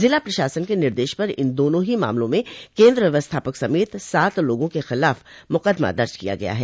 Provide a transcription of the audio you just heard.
जिला प्रशासन के निर्देश पर इन दोनों ही मामलों में केन्द्र व्यवस्थापक समेत सात लोगों के खिलाफ मुकदमा दर्ज किया है